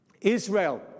Israel